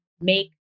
make